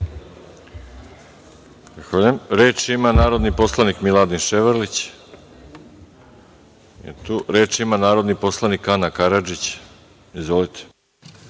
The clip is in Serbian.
ima narodni poslanik Miladin Ševarlić. Nije tu. Reč ima narodni poslanik Ana Karadžić. Izvolite.